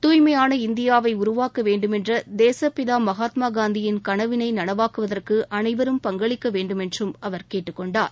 தூய்மை இந்தியாவை உருவாக்க வேண்டுமென்ற தேசப்பிதா மகாத்மாகாந்தியின் கனவினை நனவாக்குவதற்கு அனைவரும் பங்களிக்க வேண்டுமென்றும் அவர் கேட்டுக் கொண்டார்